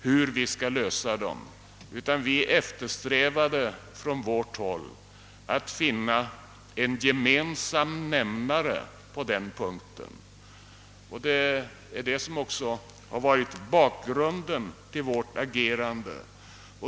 Vi eftersträvade från vårt håll en gemensam nämnare på denna punkt. Detta har också varit bakgrunden till vårt agerande.